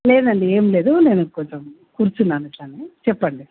లేదండి ఏమి లేదు నేను కొంచం కూర్చున్నాను ఇట్లనే చెప్పండి